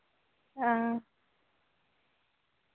हां